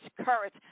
courage